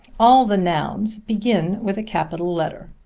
all the nouns begin with a capital letter.